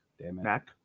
Mac